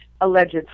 alleged